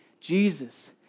Jesus